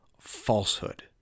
falsehood